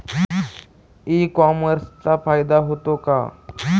E कॉमर्सचा फायदा होतो का?